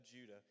Judah